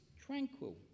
tranquil